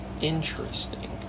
Interesting